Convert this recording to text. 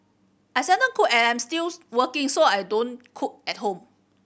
I seldom cook as I'm still working so I don't cook at home